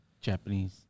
Japanese